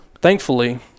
Thankfully